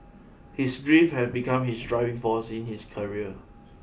his grief had become his driving force in his career